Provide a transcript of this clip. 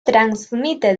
transmite